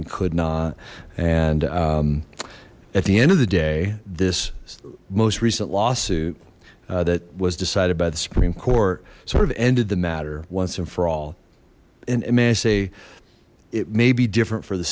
and could not and at the end of the day this most recent lawsuit that was decided by the supreme court sort of ended the matter once and for all and it may i say it may be different for the